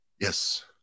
Yes